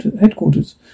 headquarters